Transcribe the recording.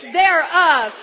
thereof